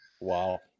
Wow